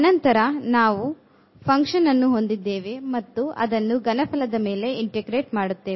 ಅನಂತರ ನಾವು ಫಂಕ್ಷನ್ ಅನ್ನು ಹೊಂದಿದ್ದೇವೆ ಮತ್ತು ಅದನ್ನು ಘನಫಲದ ಮೇಲೆ integrate ಮಾಡುತ್ತೇವೆ